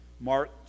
Mark